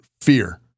fear